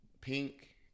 pink